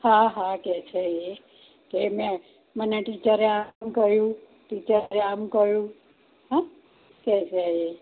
હા હા કે છે એ કે મને ટીચરે આમ કહ્યું ટીચરે આમ કહ્યું હા કે છે એ